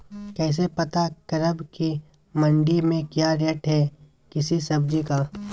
कैसे पता करब की मंडी में क्या रेट है किसी सब्जी का?